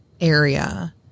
area